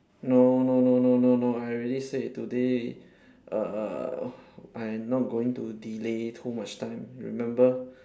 no no no no no no I already said today err I not going to delay too much time remember